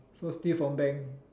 so steal from bank